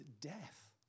death